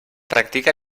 practica